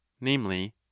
namely